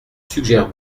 suggère